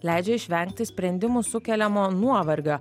leidžia išvengti sprendimų sukeliamo nuovargio